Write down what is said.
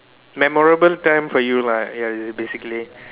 memorable time for you lah ya is basically